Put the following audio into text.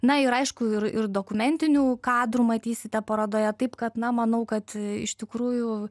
na ir aišku ir ir dokumentinių kadrų matysite parodoje taip kad na manau kad iš tikrųjų